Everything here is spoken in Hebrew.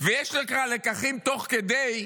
ויש לך לקחים תוך כדי,